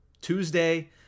Tuesday